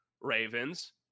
Ravens